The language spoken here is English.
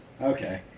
Okay